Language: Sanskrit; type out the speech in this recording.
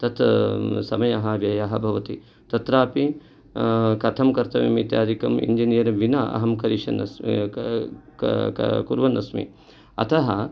तत् समयः व्ययः भवति तत्रापि कथम् कर्तव्यम् इत्यादिकम् इञ्जिनियर् विना अहं करिष्यन् अस्मि कुर्वन्नस्मि अतः